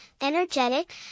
energetic